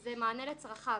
זה מענה לצרכיו?